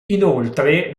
inoltre